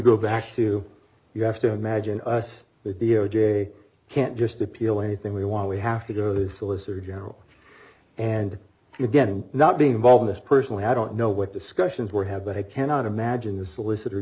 go back to you have to imagine us the d o j can't just appeal anything we want we have to go to the solicitor general and again i'm not being involved in this personally i don't know what discussions were have but i cannot imagine the solicitor